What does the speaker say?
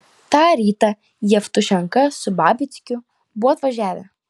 tą rytą jevtušenka su babickiu buvo atvažiavę